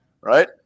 Right